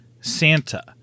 Santa